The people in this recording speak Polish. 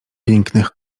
pięknych